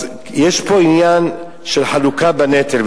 יש פה עניין של חלוקה בנטל,